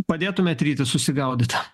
padėtumėt ryti susigaudyt